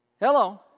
Hello